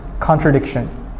contradiction